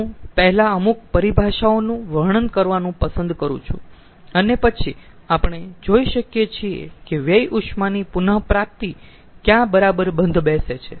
હું પહેલા અમુક પરિભાષાઓનું વર્ણન કરવાનું પસંદ કરું છું અને પછી આપણે જોઈ શકીયે છીએ કે વ્યય ઉષ્માની પુનપ્રાપ્તિ ક્યાં બરાબર બંધ બેસે છે